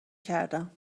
کردم